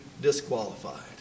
disqualified